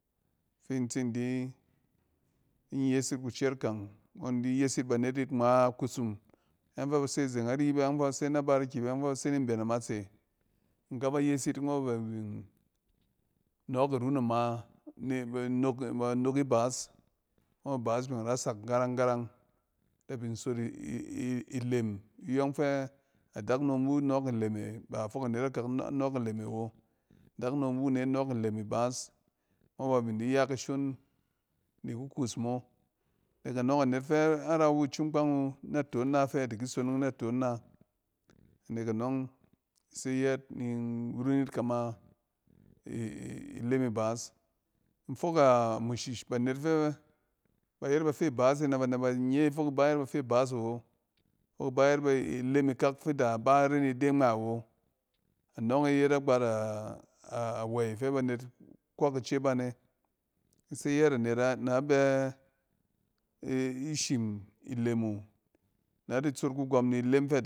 Fi in tsin di yes yit kutseet kang won di yes yit banet yit ngma kusum, bayↄng fɛ ba se zeng nari bayↄng fɛ base na barki, bayↄng fɛ ba se ni mben amatse, in kaba yes yit nↄng ba bin nↄↄk irun ama nɛ ban ok, nok ibaas nↄng ibaas bin rasak garang-garang. Nek in sot ilem iyↄng fɛ adakunom wu nↄↄk ilem e, ba fok anet akak nↄↄk ilem e awo. Adakunom iwu ne nↄↄk ilem ibaas nↄng ba bin di ya kashon iku kuus mo. Nek anↄng, anet fɛ a rawu cunkpang wu, naton na fɛ diki sonong naton na. Nek anↄng ise yɛt ni nrun yit kama ilem ibaas. In fok amushish banet fɛ bayet bafi ibas e nɛ ba nɛ nan ye fok iba yet bafi ibaas awo. Fok iba yet ilem ikak fi da iba ren ide ngma awo. Anↄng e yet agbat awey fɛ banet kwak ce banet si yare nara na bɛ ishim ilem wu na di tsot kygↄm ni ilem wu.